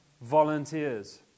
volunteers